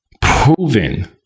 proven